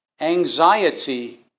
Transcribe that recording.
Anxiety